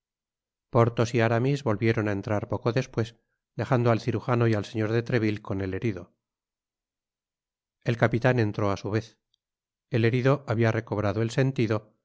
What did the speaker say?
porthos y aramis volvieron á entrar poco despues dejando al cirujano y al señor de treville con el herido el capitan entró á su vez el herido habia recobrado el sentido